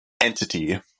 entity